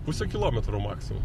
pusę kilometro maksimum